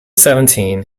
seventeen